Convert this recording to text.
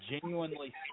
genuinely